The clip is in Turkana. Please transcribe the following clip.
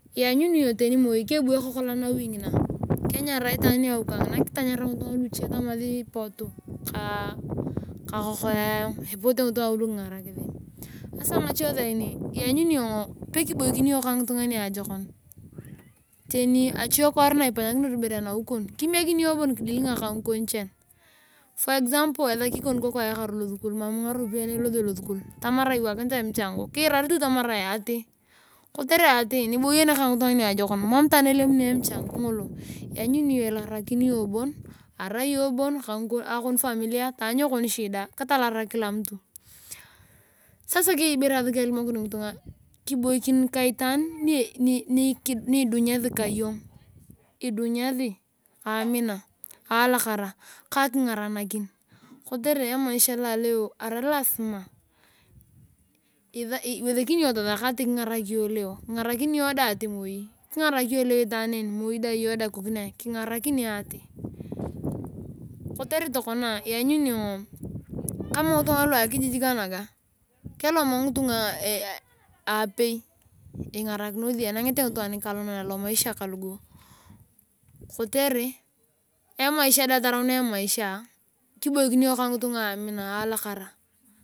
Lanyuni iyong tani moi kebu ekokolan nawi ngina kenyarai itaani ni awi kangina tama ngitunga luche pota kakokoe ayong epote ngitunga ngulu kingarakis ngache saini pe kibakinosi iyong ka ngitunga niajokoni tani achekwaar na ipanyakinor ibore anawi kona kimekin iyong bon kidealinga ka ngikon chan for example esaki ikoku kong ayakar losukul mam ngaropiyae na elosio tamarae iwakinitae emchango kinrar tu atamar ati kotere niboyete iyona kangitunga niajokoni mam itaan elemu ilarakin iyong bon ka akong familia taany echida kitalarakin kila mtu sasa kibakiri ka itaani ni idimu asi ka iyong amina alakara ka akingaranakin kotere emaisha loleo arai lasima iwesekini tasak atir kingarak iyong leo ani moi kingarakinia iyong dae ngesi kotere kama ngitunga lu akijiji kana keloma ngitu aapei ingarakinosi na enangenete nikalonan kotere emaisha dae taraunea emaisha mati keboikinosi kangitunga alakara amina.